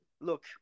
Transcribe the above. look